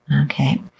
Okay